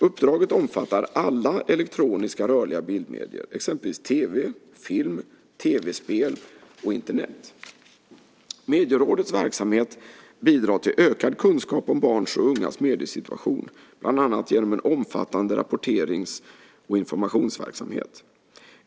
Uppdraget omfattar alla elektroniska rörliga bildmedier, exempelvis tv, film, tv-spel och Internet. Medierådets verksamhet bidrar till ökad kunskap om barns och ungas mediesituation, bland annat genom en omfattande rapporterings och informationsverksamhet.